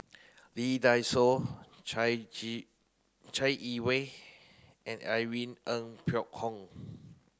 Lee Dai Soh Chai Gi Chai Yee Wei and Irene Ng Phek Hoong